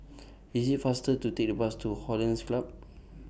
IT IS faster to Take The Bus to Hollandse Club